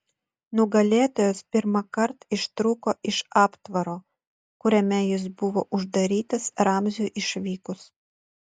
nugalėtojas pirmąkart ištrūko iš aptvaro kuriame jis buvo uždarytas ramziui išvykus